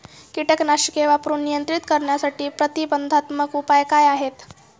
कीटकनाशके वापरून नियंत्रित करण्यासाठी प्रतिबंधात्मक उपाय काय आहेत?